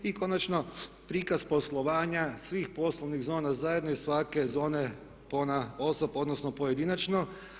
I konačno, prikaz poslovanja svih poslovnih zona zajedno i svake zone ponaosob odnosno pojedinačno.